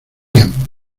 bien